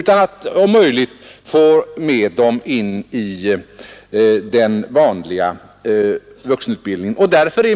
Man vill försöka om möjligt få dem med i den vanliga vuxenutbildningen.